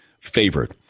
favorite